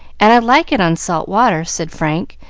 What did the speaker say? and i like it on salt water, said frank,